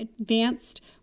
advanced